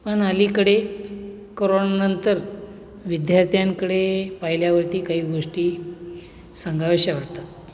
पण अलीकडेत् करोणानंतर विद्यार्थ्यांकडे पाहिल्यावरती काही गोष्टी सांगाव्याश्या वाटतात